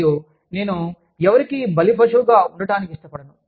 మరియు నేను ఎవరికీ బలిపశువుగా ఉండటానికి ఇష్టపడను